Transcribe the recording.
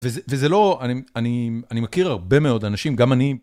וזה לא, אני מכיר הרבה מאוד אנשים, גם אני...